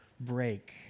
break